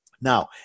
Now